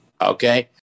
okay